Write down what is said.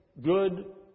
good